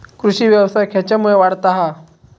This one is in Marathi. कृषीव्यवसाय खेच्यामुळे वाढता हा?